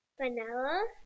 Vanilla